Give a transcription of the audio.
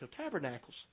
Tabernacles